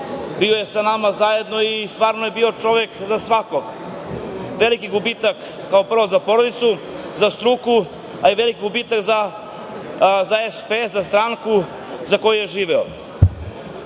bio je sa nama zajedno i stvarno je bio čovek za svakog. Veliki gubitak, kao prvo za porodicu, za struku, a i veliki gubitak za SPS, za stranku za koju je živeo. Ja